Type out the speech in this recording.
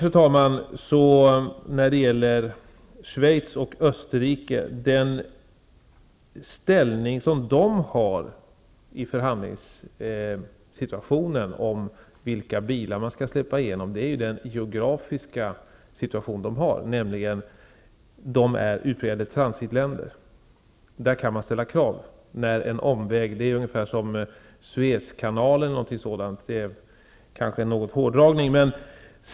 Slutligen när det gäller den ställning som Schweiz och Österrike har vid förhandlingar om vilka bilar som skall släppas igenom, påverkas ju den av dessa länders geografiska belägenhet. Schweiz och Österrike är utpräglade transitländer och kan därför ställa krav. Man skulle kunna jämföra med Suezkanalen, om man vill göra en hårdragning.